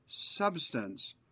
substance